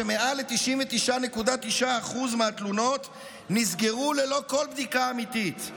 מעל ל-99.9% מהתלונות נסגרו ללא כל בדיקה אמיתית.